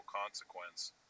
consequence